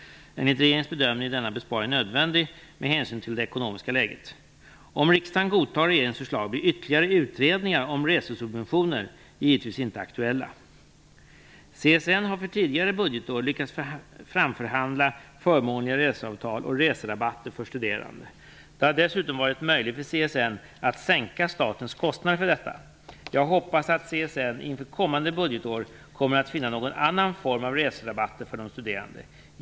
Enligt regeringens bedömning är denna besparing nödvändig med hänsyn till det ekonomiska läget. Om riksdagen godtar regeringens förslag blir ytterligare utredningar om resesubventioner givetvis inte aktuella. CSN har för tidigare budgetår lyckats framförhandla förmånliga reseavtal och reserabatter för studerande. Det har dessutom varit möjligt för CSN att sänka statens kostnader för detta. Jag hoppas att CSN inför kommande budgetår kommer att finna någon annan form av reserabatter för de studerande.